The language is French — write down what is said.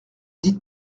dites